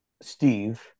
Steve